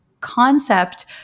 concept